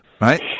right